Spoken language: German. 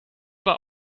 über